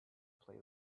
play